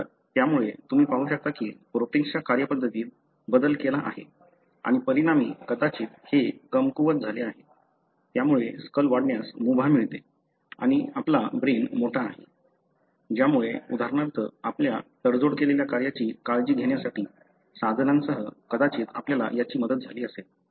तर त्यामुळे तुम्ही पाहू शकता की प्रोटिन्सच्या कार्यपद्धतीत बदल केला आहे आणि परिणामी कदाचित ते कमकुवत झाले आहे त्यामुळे स्कल वाढण्यास मुभा मिळते आणि आपला ब्रेन मोठा आहे ज्यामुळे उदाहरणार्थ आपल्या तडजोड केलेल्या कार्याची काळजी घेण्यासाठी साधनांसह कदाचित आपल्याला याची मदत झाली असेल